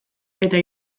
eta